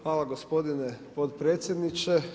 Hvala gospodin potpredsjedniče.